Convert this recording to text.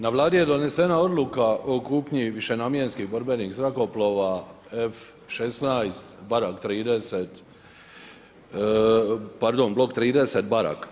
Na Vladi je donesena odluka o kupnji višenamjenskih borbenih zrakoplova F-16 barak 30, pardon blok 30 barak.